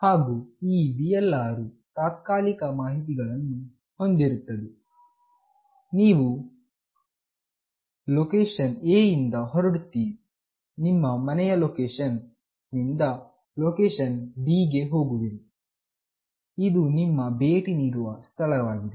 ಹಾಗು ಈ VLR ವು ತಾತ್ಕಾಲಿಕ ಮಾಹಿತಿಯನ್ನು ಹೊಂದಿರುತ್ತದೆ ನೀವು ಲೊಕೇಷನ್ A ಯಿಂದ ಹೊರಡುವಿರಿ ನಿಮ್ಮ ಮನೆಯ ಲೊಕೇಷನ್ ನಿಂದ ಲೊಕೇಷನ್ B ಗೆ ಹೋಗುವಿರಿ ಇದು ನಿಮ್ಮ ಭೇಟಿ ನೀಡುವ ಸ್ಥಳವಾಗಿದೆ